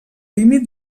límit